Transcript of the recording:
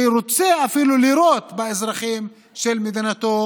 שרוצה אפילו לירות באזרחים של מדינתו